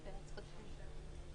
גם הודגש שם שבתוך הסדנה יש עוד גברים,